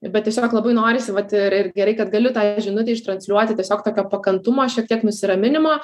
bet tiesiog labai norisi vat ir ir gerai kad galiu tą žinutę ištransliuoti tiesiog tokio pakantumo šiek tiek nusiraminimo